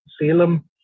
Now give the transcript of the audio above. Salem